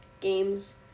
games